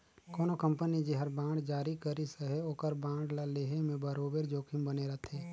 कोनो कंपनी जेहर बांड जारी करिस अहे ओकर बांड ल लेहे में बरोबेर जोखिम बने रहथे